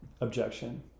objection